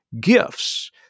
gifts